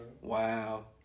Wow